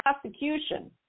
prosecution